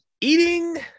eating